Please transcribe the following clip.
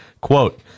Quote